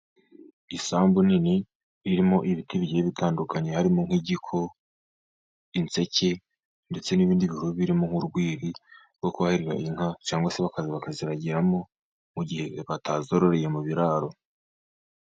Isambu nini irimo ibiti bigiye bitandukanye, harimo nk' igiko, inseke ndetse n' ibindi bihuru birimo urwiri rwo kwahirira inka cyangwa se bakaziragiramo mu gihe batazororeye mu biraro.